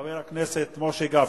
חבר הכנסת משה גפני.